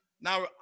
Now